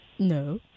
no